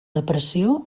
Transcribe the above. depressió